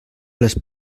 les